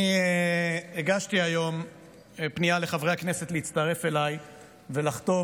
אני הגשתי היום פנייה לחברי הכנסת להצטרף אליי ולחתום